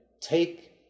take